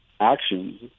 actions